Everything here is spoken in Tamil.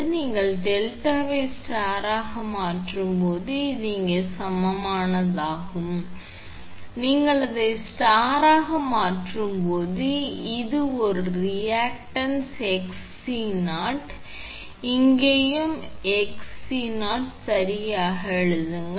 எனவே நீங்கள் டெல்டாவை ஸ்டாராக மாற்றும் போது அது இங்கே சமமானதாகும் நீங்கள் அதை ஸ்டாராக மாற்றும் போது இந்த ஒரு ரியாக்டண்ட் 𝑋𝑐0 இங்கேயும் 𝑋𝑐0 இங்கேயும் 𝑋𝑐0 சரியாகச் சொல்லுங்கள்